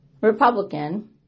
Republican